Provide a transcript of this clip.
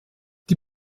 die